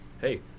hey